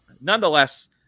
Nonetheless